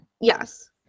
Yes